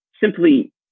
simply